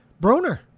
Broner